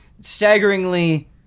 staggeringly